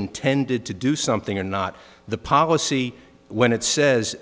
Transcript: intended to do something or not the policy when it says